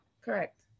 correct